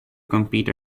compete